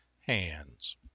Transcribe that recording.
hands